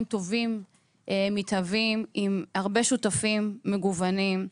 טובים מתהווים עם הרבה שותפים מגוונים.